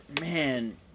man